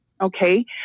okay